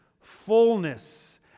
fullness